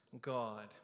God